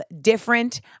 different